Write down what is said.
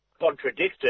contradicted